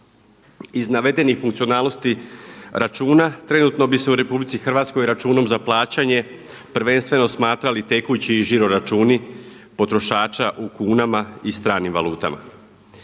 Iz navedenih funkcionalnosti računa trenutno bi se u RH računom za plaćanje prvenstveno smatrali tekući i žiro računi potrošača u kunama i stranim valutama.